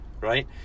right